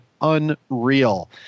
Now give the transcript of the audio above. Unreal